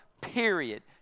period